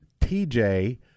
TJ